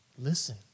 listen